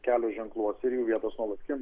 kelio ženkluose ir jų vietos nuolat kinta